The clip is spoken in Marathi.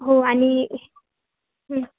हो आणि